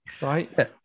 right